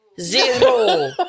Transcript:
Zero